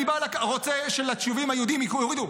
אני רוצה שליישובים היהודיים יורידו.